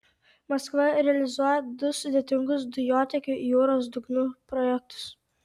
maskva realizuoja du sudėtingus dujotiekių jūros dugnu projektus